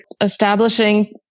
establishing